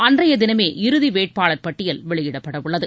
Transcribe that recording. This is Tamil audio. அன்றைய தினமே இறுதி வேட்பாளர் பட்டியல் வெளியிடப்படவுள்ளது